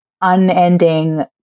unending